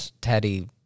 Teddy